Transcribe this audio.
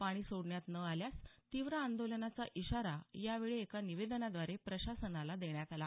पाणी सोडण्यात न आल्यास तीव्र आंदोलनाचा इशारा यावेळी एका निवेदनाद्वारे प्रशासनाला देण्यात आला